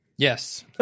Yes